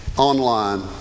Online